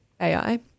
AI